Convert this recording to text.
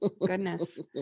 goodness